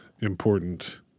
important –